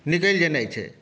निकलि जेनाइ छै